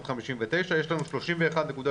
שהזכרתי קודם,